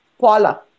Paula